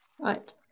Right